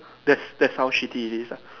that's that's how shitty it is lah